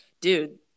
dude